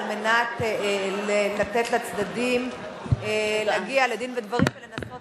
על מנת לתת לצדדים להגיע לדין ודברים ולנסות